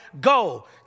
Go